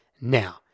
now